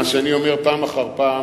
מה שאני אומר פעם אחר פעם,